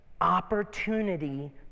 opportunity